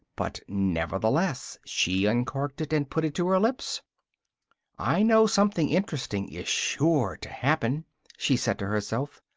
but nonetheless she uncorked it and put it to her lips i know something interesting is sure to happen, she said to herself,